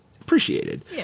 appreciated